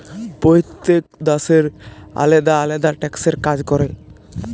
প্যইত্তেক দ্যাশের আলেদা আলেদা ট্যাক্সের কাজ ক্যরে